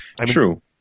True